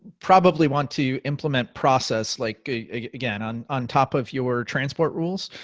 probably want to implement process, like again on on top of your transport rules